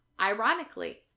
Ironically